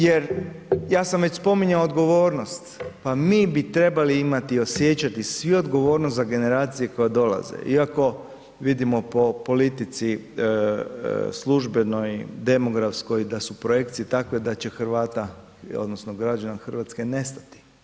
Jer ja sam već spominjao odgovornost, pa mi bi trebali imati, osjećati svi odgovornost za generacije koje dolaze, iako vidimo po politici službenoj, demografskoj da su projekcije takve da će Hrvata odnosno građana Hrvatske nestati.